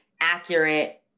accurate